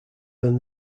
than